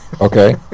Okay